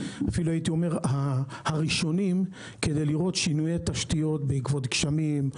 אנחנו הראשונים כדי לראות שינויי תשתיות בעקבות גשמים,